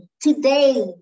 today